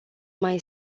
mai